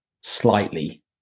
slightly